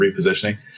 repositioning